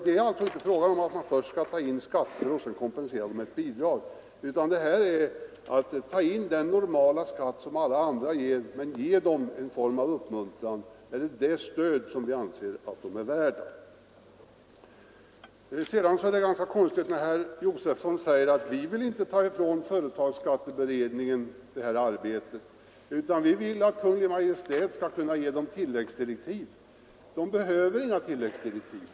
Det är alltså inte fråga om att först ta in skatter och sedan kompensera det med ett bidrag utan det gäller att ta in den skatt som alla andra betalar och sedan ge de ideella organisationerna det stöd vi anser dem vara värda. Det är ganska konstigt när herr Josefson säger: Vi vill inte ta ifrån företagsskatteberedningen dess uppgifter utan vi vill att Kungl. Maj:t skall utfärda tilläggsdirektiv. — Det behövs inga tilläggsdirektiv.